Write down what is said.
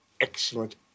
Excellent